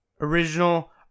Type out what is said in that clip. original